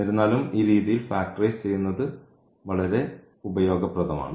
എന്നിരുന്നാലും ഈ രീതിയിൽ ഫാക്റ്ററൈസ് ചെയ്യുന്നത് വളരെ ഉപയോഗപ്രദമാണ്